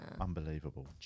Unbelievable